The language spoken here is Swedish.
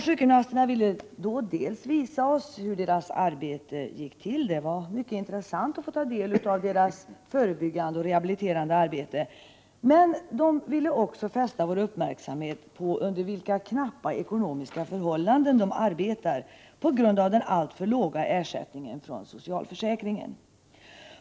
Sjukgymnasterna ville dels visa oss hur man arbetar vid praktiken — och det var mycket intressant att ta del av deras förebyggande och rehabiliterande arbete —, dels fästa vår uppmärksamhet på under vilka knappa ekonomiska förhållanden de arbetar på grund av den alltför låga ersättningen från socialförsäkringen.